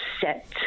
set